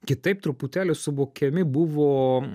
kitaip truputėlį suvokiami buvo